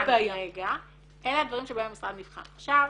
ברור